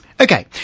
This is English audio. Okay